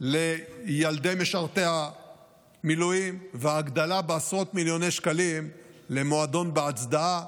לילדי משרתי המילואים והגדלה של עשרות מיליוני שקלים למועדון "בהצדעה",